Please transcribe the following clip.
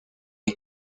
les